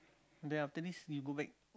then after this you go back